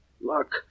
Look